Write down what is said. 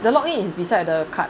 the login is beside the cart